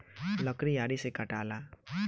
लकड़ी आरी से कटाला